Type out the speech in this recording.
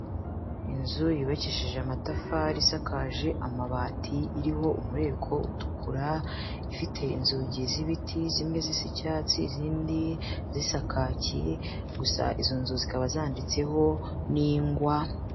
Inzu yubakishije amatafari, isakaje amabati, iriho umureko utukura, ifite inzugi z'ibiti zimwe z'icyatsi izindi zisa kake gusa izo nzu zikaba zanditseho n'ingwa.